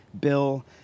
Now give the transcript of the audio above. Bill